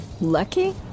Lucky